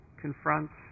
confronts